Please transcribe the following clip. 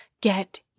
get